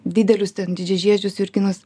didelius ten didžiažiedžius jurginus